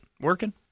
working